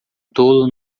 tolo